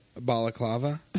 balaclava